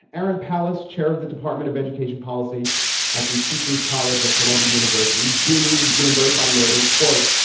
aaron pallas, chair of the department of education policy at the teachers college of columbia university, ding's bloomberg by noting, quote,